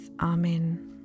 Amen